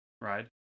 ride